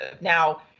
now